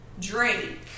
Drake